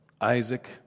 Isaac